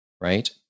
Right